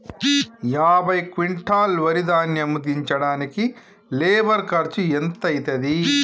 యాభై క్వింటాల్ వరి ధాన్యము దించడానికి లేబర్ ఖర్చు ఎంత అయితది?